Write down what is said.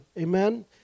Amen